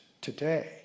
today